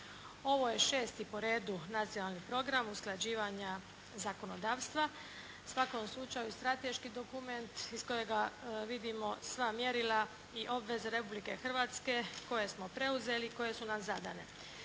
Ovo je 6. po redu nacionalni program usklađivanja zakonodavstva. U svakom slučaju strateški dokument iz kojega vidimo sva mjerila i obveze Republike Hrvatske koje smo preuzeli, koje su nam zadane.